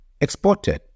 exported